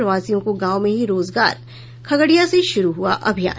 प्रवासियों को गांव में ही रोजगार खगड़िया से शुरू हुआ अभियान